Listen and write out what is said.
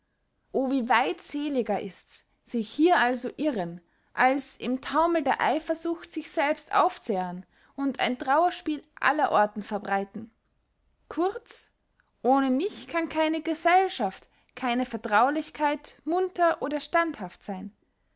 o wie weit seliger ists sich hier also irren als im taumel der eifersucht sich selbst aufzehren und ein trauerspiel aller orten verbreiten kurz ohne mich kann keine gesellschaft keine vertraulichkeit munter oder standhaft seyn